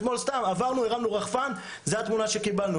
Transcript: אתמול סתם עברנו הרמנו רחפן זו התמונה שקיבלנו,